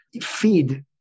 Feed